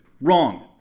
Wrong